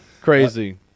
crazy